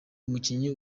umukinnyi